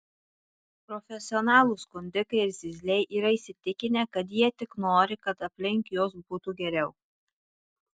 profesionalūs skundikai ir zyzliai yra įsitikinę kad jie tik nori kad aplink juos būtų geriau